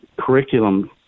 curriculum